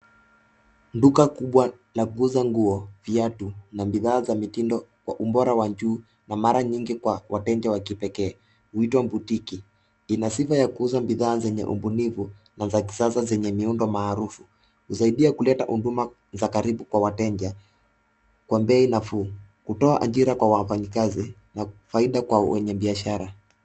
Duka kubwa la kuuza nguo, viatu na bidhaa za mitindo kwa ubora wa juu na mara nyingi kwa wateja wa kipekee huitwa boutique .Ina sifa ya kuuza bidhaa zenye ubunifu na za kisasa zenye miundo maarufu. Husaidia kuleta huduma za karibu kwa wateja kwa bei nafuu. Hutoa ajira kwa wafanyikazi na faida kwa wanabiashara.